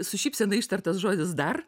su šypsena ištartas žodis dar